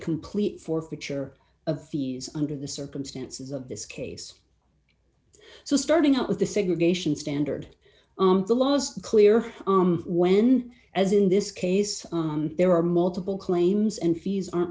complete forfeiture of fees under the circumstances of this case so starting out with the segregation standard the laws clear when as in this case there are multiple claims and fees are